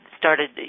Started